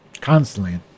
constantly